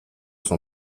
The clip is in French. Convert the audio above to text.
son